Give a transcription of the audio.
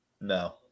no